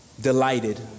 Delighted